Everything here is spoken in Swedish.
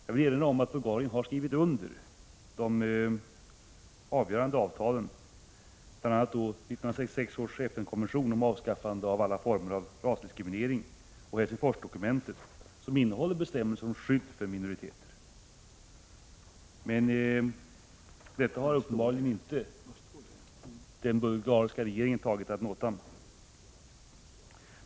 Jag vill erinra om att Bulgarien har skrivit under de avgörande avtalen, bl.a. och Helsingforsdokumentet, som innehåller bestämmelser om skydd för minoriteter. Detta har uppenbarligen inte den bulgariska regeringen tagit ad notam.